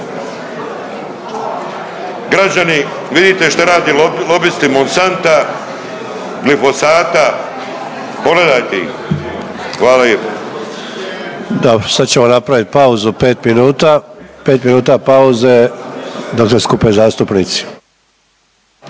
Građani, vidite šta rade lobisti Monsanta, glifosata, pogledajte ih. Hvala lijepo. **Sanader, Ante (HDZ)** Dobro, sad ćemo napravit pauzu od 5 minuta, 5 minuta pauze da se skupe zastupnici.